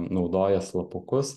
naudoja slapukus